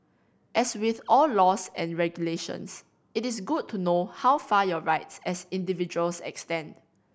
as with all laws and regulations it is good to know how far your rights as individuals extend